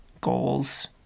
goals